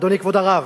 אדוני כבוד הרב,